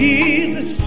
Jesus